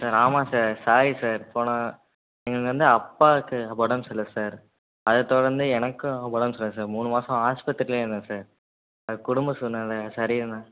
sir ஆமாம் sir sorry sir போன எங்களுக்கு வந்து அப்பாவுக்கு உடம்பு சரில சார் அதை தொடர்ந்து எனக்கும் உடம்பு சரில சார் மூணு மாதம் ஆஸ்ப்பித்ரிலையே இருந்தேன் சார் சார் குடும்ப சூழ்நில சரியில்லை